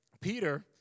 Peter